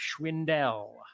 Schwindel